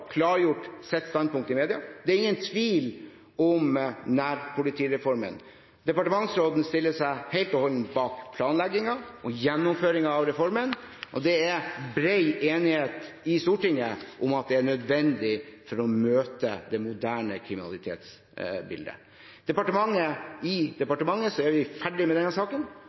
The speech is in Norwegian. klargjort sitt standpunkt i media. Det er ingen tvil om nærpolitireformen. Departementsråden stiller seg helt og holdent bak planleggingen og gjennomføringen av reformen, og det er bred enighet i Stortinget om at det er nødvendig for å møte det moderne kriminalitetsbildet. I departementet er vi ferdig med denne saken.